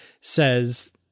says